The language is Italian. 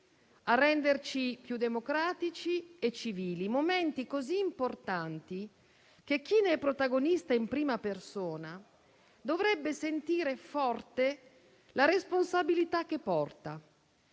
a renderci più democratici e civili. Si tratta di momenti così importanti che chi ne è protagonista in prima persona dovrebbe sentire forte la responsabilità che porta,